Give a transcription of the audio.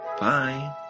Bye